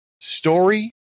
story